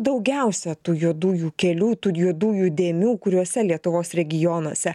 daugiausia tų juodųjų kelių tų juodųjų dėmių kuriuose lietuvos regionuose